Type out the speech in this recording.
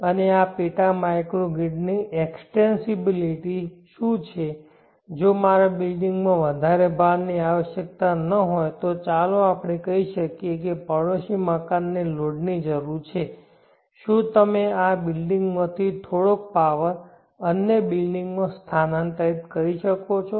અને આ પેટા માઇક્રોગ્રિડની એક્સ્ટેન્સિબિલિટી શું જો મારા બિલ્ડિંગમાં વધારે ભારની આવશ્યકતા ન હોય તો ચાલો આપણે કહી શકીએ કે પડોશી મકાનને લોડની જરૂર છે શું તમે આ બિલ્ડિંગમાંથી થોડોક પાવર અન્ય બિલ્ડિંગમાં સ્થાનાંતરિત કરી શકો છો